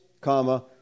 comma